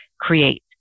create